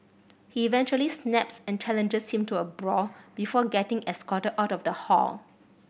he eventually snaps and challenges him to a brawl before getting escorted out of the hall